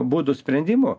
būdų sprendimų